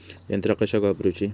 यंत्रा कशाक वापुरूची?